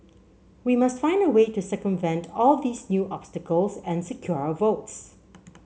we must find a way to circumvent all these new obstacles and secure our votes